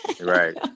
Right